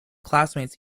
classmates